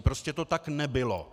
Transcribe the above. Prostě to tak nebylo.